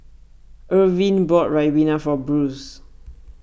Irvin bought Ribena for Bruce